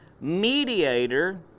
mediator